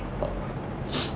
but